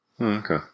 Okay